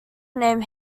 name